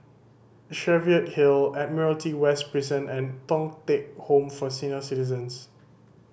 Cheviot Hill Admiralty West Prison and Thong Teck Home for Senior Citizens